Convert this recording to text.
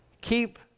Keep